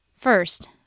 First